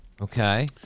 Okay